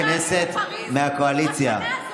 תשע פעמים, חברי הכנסת מהקואליציה,